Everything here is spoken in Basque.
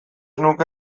nuke